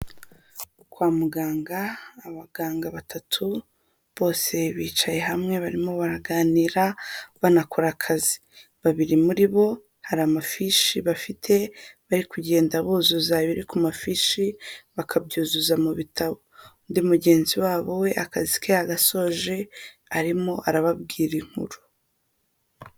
Kwa muganga, abaganga batatu bose bicaye hamwe barimo baraganira banakora akazi, babiri muri bo hari amafishi bafite bari kugenda buzuza ibiri ku mafishi, bakabyuzuza mu bitabo, undi mugenzi wabo we akazi ke yagasoje, arimo arababwira inkuru.